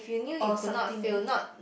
or something